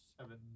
Seven